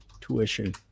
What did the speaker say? tuition